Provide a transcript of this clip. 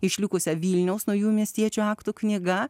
išlikusia vilniaus naujųjų miestiečių aktų knyga